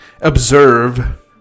observe